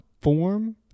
form